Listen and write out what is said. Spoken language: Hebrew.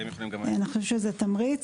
זה תמריץ.